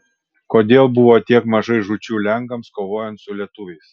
kodėl buvo tiek mažai žūčių lenkams kovojant su lietuviais